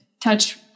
touch